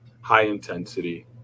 high-intensity